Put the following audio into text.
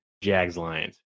Jags-Lions